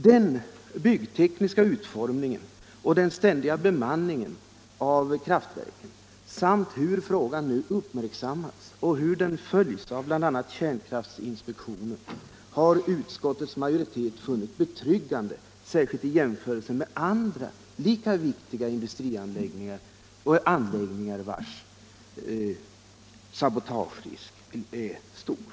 Den byggtekniska utformningen och den ständiga bemanningen av kraftverken samt hur frågan nu uppmärksammats och hur den följts av bl.a. kärnkraftinspektionen har utskottets majoritet funnit betryggande, särskilt i jämförelse med andra, lika viktiga industrianläggningar där sabotagerisken är stor.